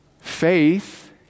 Faith